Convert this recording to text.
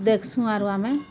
ଦେଖ୍ସୁଁ ଆରୁ ଆମେ